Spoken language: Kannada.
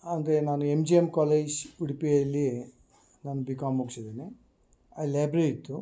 ಅಂದರೆ ನಾನು ಎಮ್ ಜಿ ಎಮ್ ಕಾಲೇಜ್ ಉಡುಪಿಯಲ್ಲಿ ನಾನು ಬಿ ಕಾಮ್ ಮುಗ್ಸಿದೆನೆ ಅಲ್ಲ ಲೈಬ್ರೆರಿ ಇತ್ತು